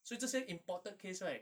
所以这些 imported case right